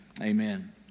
Amen